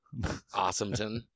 awesometon